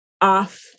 off